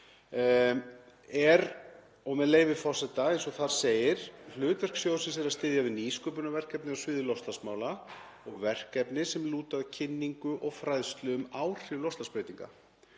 er, með leyfi forseta, eins og þar segir: „Hlutverk sjóðsins er að styðja við nýsköpunarverkefni á sviði loftslagsmála og verkefni sem lúta að kynningu og fræðslu um áhrif loftslagsbreytinga.“